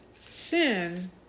sin